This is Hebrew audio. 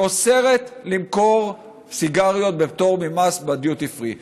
שאוסרת למכור סיגריות בפטור ממס בדיוטי פרי.